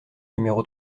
numéro